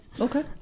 Okay